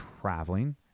traveling